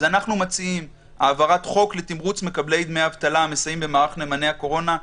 1) העברת חוק לתמרוץ מקבלי דמי אבטלה המסייעים במערך נאמני הקורונה,